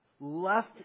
left